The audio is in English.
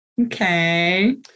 okay